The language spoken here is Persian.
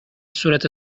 صورت